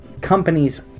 companies